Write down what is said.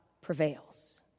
prevails